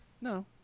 No